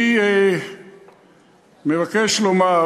אני מבקש לומר